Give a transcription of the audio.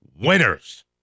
winners